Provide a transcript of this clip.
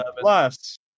Plus